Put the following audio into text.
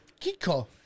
Kiko